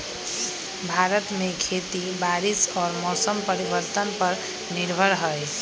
भारत में खेती बारिश और मौसम परिवर्तन पर निर्भर हई